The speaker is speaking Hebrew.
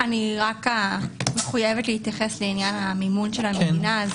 אני רק מחויבת להתייחס לעניין המימון של המדינה,